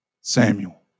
Samuel